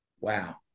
wow